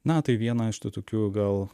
na tai viena iš tų tokių gal